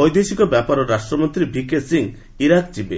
ବୈଦେଶିକ ବ୍ୟାପାର ରାଷ୍ଟ୍ରମନ୍ତ୍ରୀ ଭିକେ ସିଂ ଇରାକ ଯିବେ